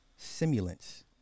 simulants